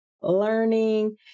learning